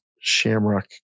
shamrock